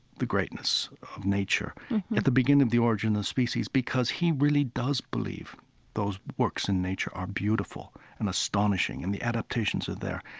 the greatness of nature at the beginning of the origin of species because he really does believe those works in nature are beautiful and astonishing, and the adaptations are there.